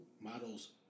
model's